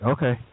Okay